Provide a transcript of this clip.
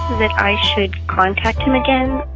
that i should contact him again.